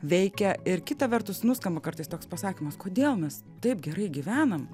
veikia ir kita vertus nuskamba kartais toks pasakymas kodėl mes taip gerai gyvenam